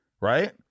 right